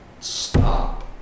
Stop